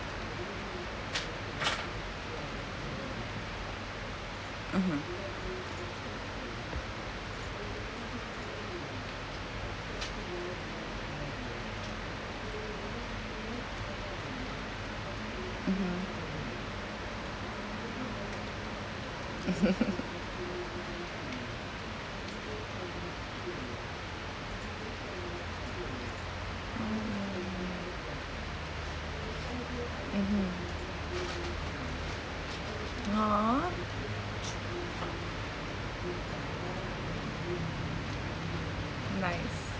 mmhmm mmhmm mm ah nice